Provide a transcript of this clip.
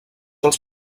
els